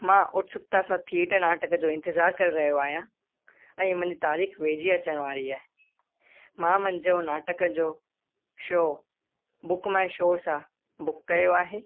मां उत्सुकता सां थिएटर नाटक जो इंतिज़ार करे रहियो आहियां ऐं मुंहिंजी तारीख़ वेझी अचण वारी आहे मां मुंहिंजो नाटक जो शो बुक माय शो सां बुक कयो आहे